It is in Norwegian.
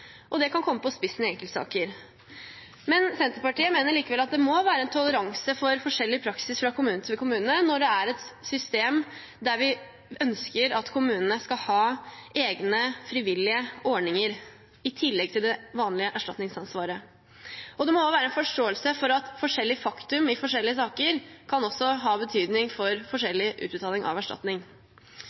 Det kan spisses i enkeltsaker. Senterpartiet mener likevel at det må være toleranse for forskjellig praksis fra kommune til kommune når vi ønsker et system der kommunene skal ha egne, frivillige ordninger i tillegg til det vanlige erstatningsansvaret. Det må også være forståelse for at forskjellige fakta i forskjellige saker kan ha betydning for forskjellig utbetaling av erstatning.